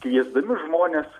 kviesdami žmones